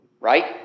right